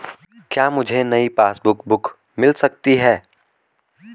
क्या मुझे नयी पासबुक बुक मिल सकती है?